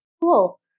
Cool